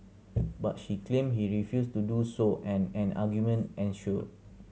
but she claimed he refused to do so and an argument ensued